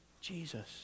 Jesus